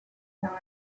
knives